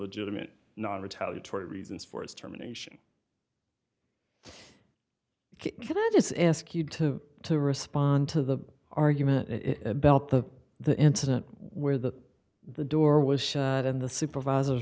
legitimate non retaliatory reasons for his terminations could i just ask you to to respond to the argument about the the incident where the the door was shut and the supervisors